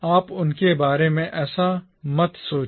आप उनके बारे में ऐसा मत सोचिए